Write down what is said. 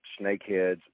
snakeheads